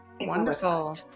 Wonderful